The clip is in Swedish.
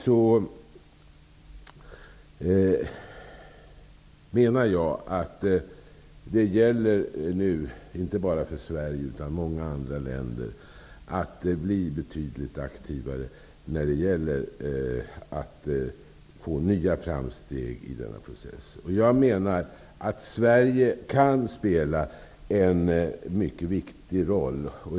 Jag menar att det nu gäller inte bara för Sverige utan även för många andra länder att bli betydligt aktivare när det gäller att få till stånd nya framsteg i denna process. Sverige kan, menar jag, spela en mycket viktig roll.